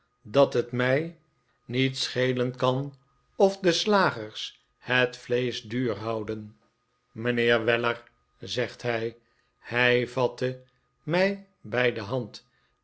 dat het mij niet de pickwick club schelen kan of de slagers het vleesch duur houden mijnheer weller zegt hij hij vatte mij bij de hand